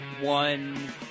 one